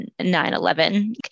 9-11